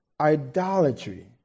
idolatry